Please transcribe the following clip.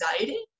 anxiety